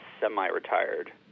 semi-retired